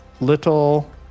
little